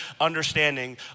understanding